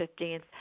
15th